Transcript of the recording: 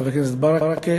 חבר הכנסת ברכה,